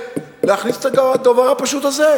להכניס את הדבר הפשוט הזה?